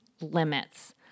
limits